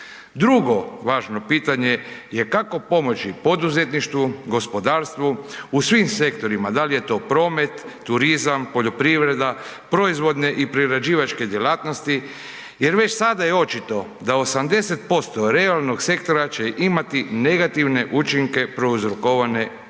Drugo važno pitanje je kako pomoći poduzetništvu, gospodarstvu, u svim sektorima, dal je to promet, turizam, poljoprivreda, proizvodne i prerađivačke djelatnosti jer već sada je očito da 80% realnog sektora će imati negativne učinke prouzrokovane